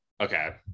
Okay